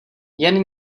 jen